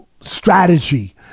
strategy